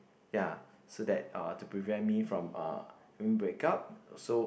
ya so that uh to prevent me from uh having break up so